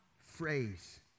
phrase